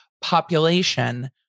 population